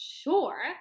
sure